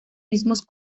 mismos